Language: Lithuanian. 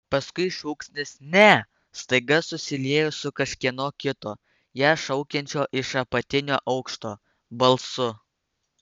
paskui šūksnis ne staiga susiliejo su kažkieno kito ją šaukiančio iš apatinio aukšto balsu